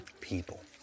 people